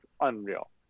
unreal